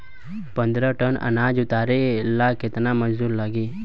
पन्द्रह टन अनाज उतारे ला केतना मजदूर लागी?